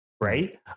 Right